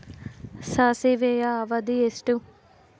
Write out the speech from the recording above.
ಸಾಸಿವೆಯ ಅವಧಿ ಎಷ್ಟು?